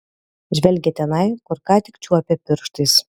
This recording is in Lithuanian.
žvelgė tenai kur ką tik čiuopė pirštais